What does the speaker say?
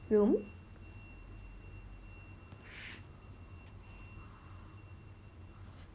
room